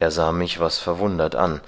er sah mich was verwundert an